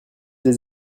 les